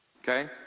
okay